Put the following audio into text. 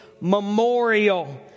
memorial